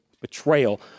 betrayal